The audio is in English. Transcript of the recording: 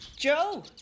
Joe